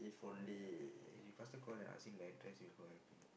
uh you faster call and ask him the address you go help him